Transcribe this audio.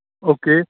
okay